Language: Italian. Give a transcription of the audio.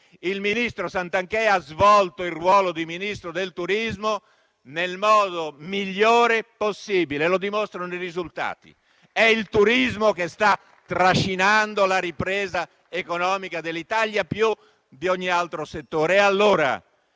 Il ministro Santanchè ha svolto il ruolo di Ministro del turismo nel modo migliore possibile. Lo dimostrano i risultati: è il turismo che sta trascinando la ripresa economica dell'Italia più di ogni altro settore